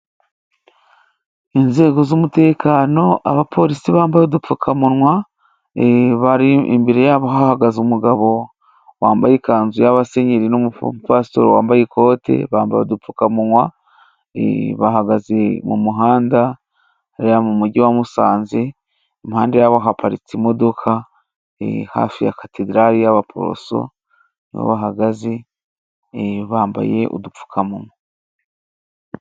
Inzego z'umutekano; abapolisi bambaye udupfukamunwa imbere yabo hahagaze umugabo wambaye ikanzu y'abasenyeri n' umupasitoro wambaye ikoti, bambaye udupfukamunwa bahagaze mu muhanda hariya mu mujyi wa Musanze, impande yabo haparitse imodoka iri hafi ya katedrali y'abaporoso ni ho bahagaze bambaye udupfukamunwa.